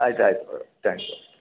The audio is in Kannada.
ಆಯ್ತು ಆಯಿತು ತ್ಯಾಂಕ್ ಯು